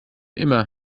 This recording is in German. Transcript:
immer